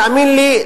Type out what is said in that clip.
תאמין לי,